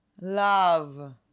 Love